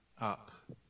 up